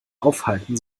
aufhalten